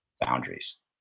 boundaries